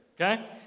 okay